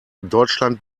deutschland